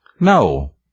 No